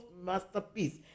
masterpiece